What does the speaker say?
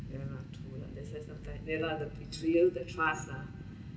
yeah lah true lah this is the fact ya lah the betrayal the trust ah